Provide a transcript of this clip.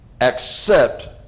Accept